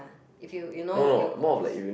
if you you know your goals